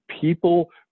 people